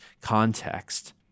context